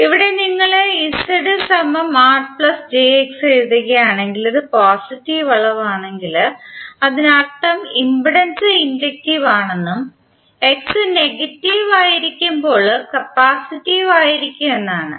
ഇവിടെ നിങ്ങൾ എഴുതുകയാണെങ്കിൽ ഇത് പോസിറ്റീവ് അളവാണെങ്കിൽ അതിനർത്ഥം ഇംപെഡൻസ് ഇൻഡക്റ്റീവ് ആണെന്നും X നെഗറ്റീവ് ആയിരിക്കുമ്പോൾ കപ്പാസിറ്റീവ് ആയിരിക്കും എന്നും ആണ്